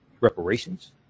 reparations